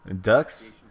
ducks